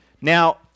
Now